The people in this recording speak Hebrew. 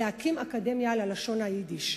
להקים אקדמיה ללשון היידיש.